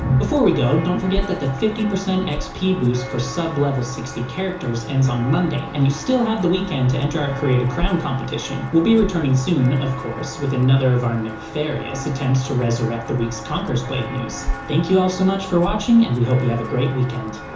before we go, don't forget that the fifty percent xp boost for sub-level sixty characters ends on monday, and you still have the weekend to enter our create a crown competition! we'll be returning soon, of course, with another of our nefarious attempts to resurrect the week's conqueror's blade news. thank you all so much for watching and we hope you have a great weekend!